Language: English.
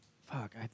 fuck